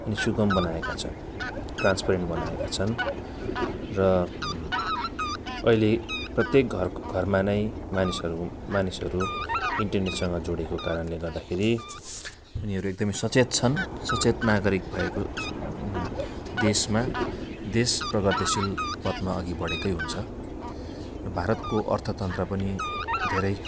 अनि सुगम बनाएका छन् ट्रान्सपेरेन्ट बनाएका छन् र अहिले प्रत्येक घर घरमा नै मानिसहरू मानिसहरू इन्टरनेटसँग जोडिएको कारणले गर्दाखेरि उनीहरू एकदमै सचेत छन् सचेत नागरिक भएको देशमा देश प्रगतिशील पथमा अघि बढेकै हुन्छ र भारतको अर्थतन्त्र पनि धेरै